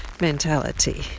mentality